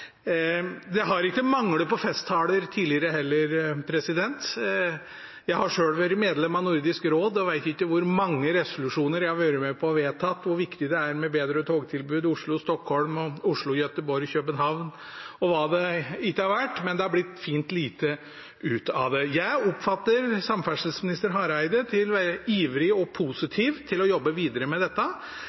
Det har ikke manglet på festtaler tidligere heller. Jeg har selv vært medlem av Nordisk råd, og jeg vet ikke hvor mange resolusjoner jeg har vært med på å vedta om hvor viktig det er med bedre togtilbud Oslo–Stockholm, Oslo–Göteborg–København og hva det ikke har vært. Men det er blitt fint lite ut av det. Jeg oppfatter samferdselsminister Hareide som ivrig og positiv til å jobbe videre med dette,